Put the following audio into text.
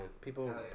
People